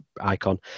icon